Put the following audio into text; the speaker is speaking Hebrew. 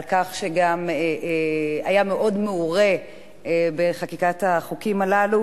על כך שגם היה מאוד מעורה בחקיקת החוקים הללו,